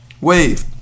wave